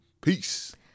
Peace